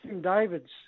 David's